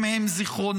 הם הם זיכרונם.